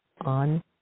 on